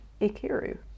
Ikiru